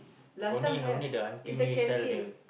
last time have is a canteen